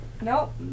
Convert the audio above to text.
Nope